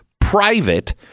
private